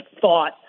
thought